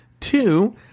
Two